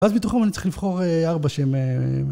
ואז מתוכם אני צריך לבחור ארבע שהם.